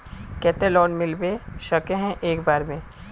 केते लोन मिलबे सके है एक बार में?